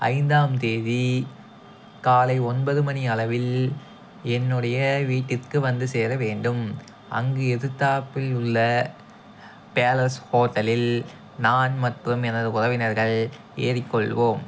ஐந்தாம் தேதி காலை ஒன்பது மணி அளவில் என்னுடைய வீட்டிற்கு வந்து சேர வேண்டும் அங்கு எதுத்தாப்பில் உள்ள பேலஸ் ஹோட்டலில் நான் மற்றும் எனது உறவினர்கள் ஏறிக்கொள்வோம்